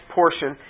portion